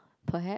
perhaps